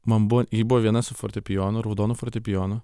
man buvo ji buvo viena su fortepijonu raudonu fortepijonu